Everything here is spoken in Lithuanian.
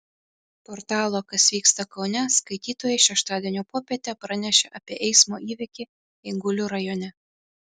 portalo kas vyksta kaune skaitytojai šeštadienio popietę pranešė apie eismo įvykį eigulių rajone